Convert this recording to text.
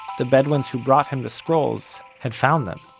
the bedouins who brought him the scrolls, had found them.